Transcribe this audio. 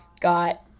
got